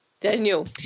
Daniel